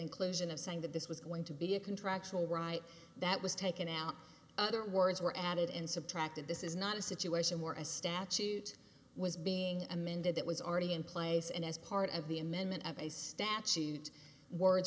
inclusion of saying that this was going to be a contractual right that was taken out other words were added in subtracted this is not a situation where a statute was being amended that was already in place and as part of the amendment of a statute words